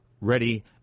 ready